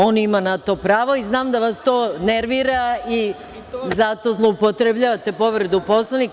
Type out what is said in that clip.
On ima na to pravo, znam da vas to nervira i zato zloupotrebljavate povredu Poslovnika.